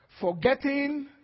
forgetting